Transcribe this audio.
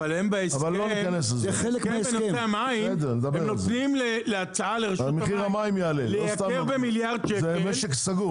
אבל בהסכם בנושא המים הם נותנים הצעה לרשות המים לייקר במיליארד שקל,